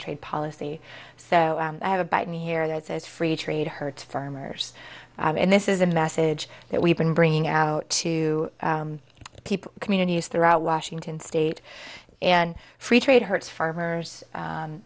trade policy so i have a button here that says free trade hurts farmers and this is a message that we've been bringing out to people communities throughout washington state and free trade hurts farmers